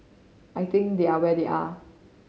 I think they are where they are